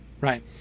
right